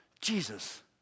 Jesus